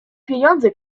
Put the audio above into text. pieniądze